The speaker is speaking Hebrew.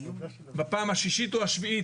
בפעם השישית או השביעית,